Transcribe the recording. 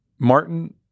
Martin